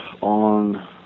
on